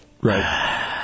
Right